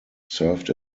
served